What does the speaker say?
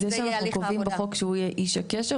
זה שאנחנו קובעים בחוק שהוא יהיה איש הקשר